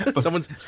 someone's